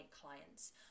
clients